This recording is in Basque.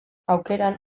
aukeran